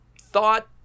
thought